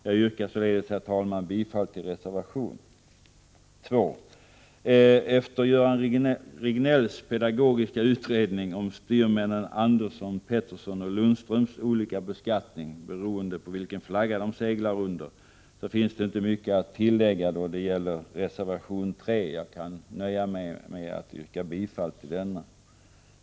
Jag yrkar, herr talman, bifall till reservation 2. Efter Göran Riegnells pedagogiska utredning om sjömännen Anderssons, Petterssons och Lundströms olika beskattning beroende på vilken flagg de seglar under finns inte mycket att tillägga då det gäller reservation 3. Jag nöjer med mig att yrka bifall till denna reservation.